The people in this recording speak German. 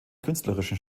künstlerischen